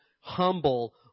humble